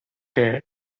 there